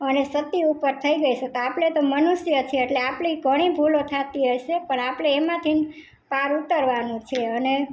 અને સતી ઉપર થઈ ગઈ છતાં આપણે તો મનુષ્ય છીએ એટલે આપણી ઘણી ભૂલો થતી હશે પણ આપણે એમાંથી પાર ઉતરવાનું છે અને